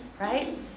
right